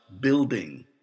building